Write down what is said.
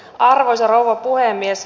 arvoisa rouva puhemies